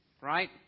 right